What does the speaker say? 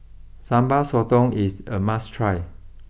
Sambal Sotong is a must try